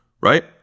right